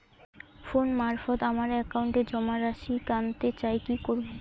Phone মারফত আমার একাউন্টে জমা রাশি কান্তে চাই কি করবো?